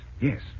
Yes